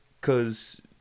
Cause